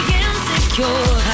insecure